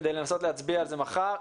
כדי לנסות להצביע על זה מחר,